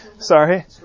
Sorry